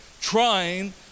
trying